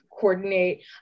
coordinate